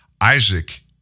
Isaac